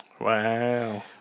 Wow